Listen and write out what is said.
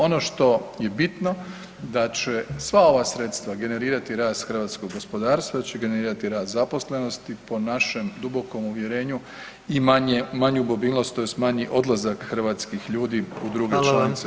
Ono što je bitno da će sva ova sredstva generirati rast hrvatskog gospodarstva, da će generirati rast zaposlenosti po našem dubokom uvjerenju i manju mobilnost tj. manji odlazak hrvatskih ljudi u druge [[Upadica: Hvala vam.]] članice EU.